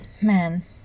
man